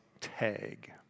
tag